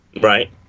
right